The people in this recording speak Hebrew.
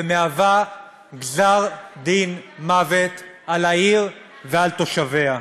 ומהווה גזר-דין מוות על העיר ועל תושביה.